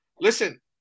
Listen